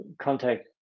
contact